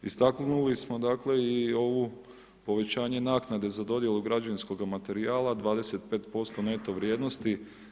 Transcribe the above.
Istaknuli smo i ovo povećanje naknade za dodjelu građevinskoga materijala 25% neto vrijednosti.